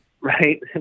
right